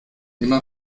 immer